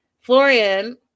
Florian